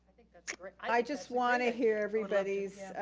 i just wanna hear everybody's,